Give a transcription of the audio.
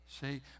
See